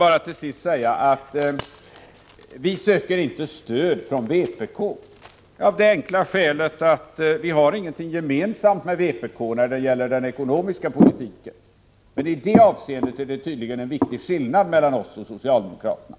Låt mig till sist bara säga att vi inte söker stöd från vpk av det enkla skälet att vi inte har någonting gemensamt med vpk när det gäller den ekonomiska politiken. I detta avseende är det tydligen en viktig skillnad mellan oss och socialdemokraterna.